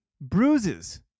bruises